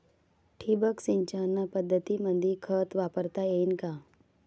ठिबक सिंचन पद्धतीमंदी खत वापरता येईन का?